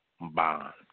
Bond